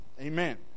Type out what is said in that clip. Amen